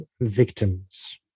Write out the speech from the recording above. victims